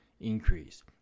increase